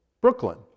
Brooklyn